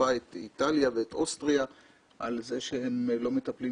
ותקפה את איטליה ואת אוסטריה על כך שהן לא מטפלות